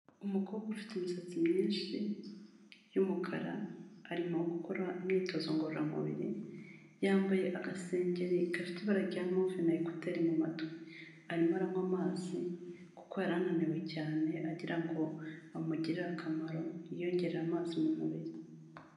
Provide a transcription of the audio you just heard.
Umukobwa ufite imisatsi myinshi y'umukara, arimo gukora imyitozo ngororamubiri, yambaye agasengeri gafite ibara rya move na ekuteri mu matwi. Arimo aranywa amazi, kuko yari ananiwe cyane agira ngo amugirire akamaro, yiyongerere amazi mu mubiri.